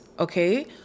Okay